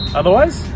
otherwise